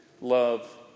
love